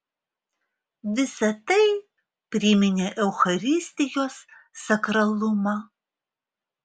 visa tai priminė eucharistijos sakralumą